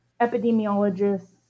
epidemiologists